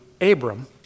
Abram